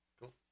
Cool